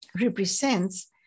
represents